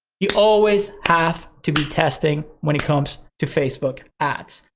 you always have to be testing when it comes to facebook ads,